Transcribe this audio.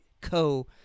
co